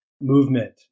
movement